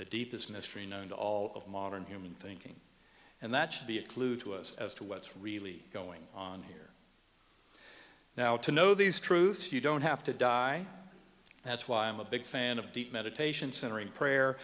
that deep is mystery known to all of modern human thinking and that should be a clue to us as to what's really going on here now to know these truths you don't have to die that's why i'm a big fan of deep meditation centering prayer